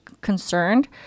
concerned